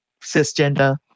cisgender